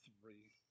three